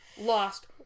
lost